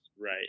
Right